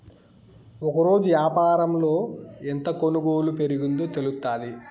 ఒకరోజు యాపారంలో ఎంత కొనుగోలు పెరిగిందో తెలుత్తాది